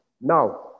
Now